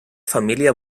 família